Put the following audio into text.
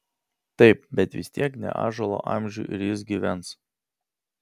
taip bet vis tiek ne ąžuolo amžių ir jis gyvens